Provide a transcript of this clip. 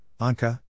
Anka